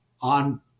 on